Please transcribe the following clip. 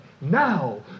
now